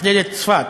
מכללת צפת,